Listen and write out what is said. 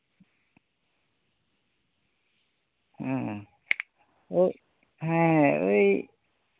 ᱦᱩᱸ ᱮᱸᱜ ᱳᱭ